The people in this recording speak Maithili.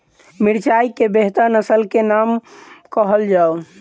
मिर्चाई केँ बेहतर नस्ल केँ नाम कहल जाउ?